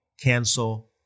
cancel